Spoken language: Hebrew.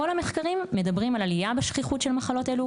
כל המחקרים מדברים על עליה בשכיחות של מחלות אלו,